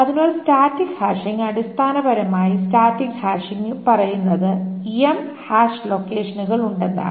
അതിനാൽ static hashing അടിസ്ഥാനപരമായി static hashing പറയുന്നത് എം ഹാഷ് ലൊക്കേഷനുകൾ ഉണ്ടെന്നാണ്